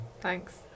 Thanks